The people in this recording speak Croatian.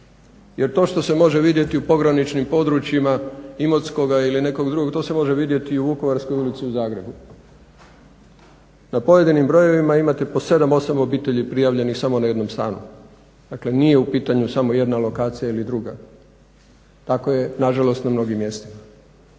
jer to što se može vidjeti u pograničnim područjima Imotskoga ili nekog drugog to se može vidjeti i u Vukovarskoj ulici u Zagrebu. Na pojedinim brojevima imate po 7, 8 obitelji prijavljenih samo na jednom stanu. Dakle, nije u pitanju samo jedna lokacija ili druga. Tako je nažalost na mnogim mjestima.